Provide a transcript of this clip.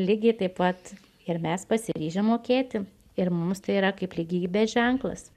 lygiai taip pat ir mes pasiryžę mokėti ir mums tai yra kaip lygybės ženklas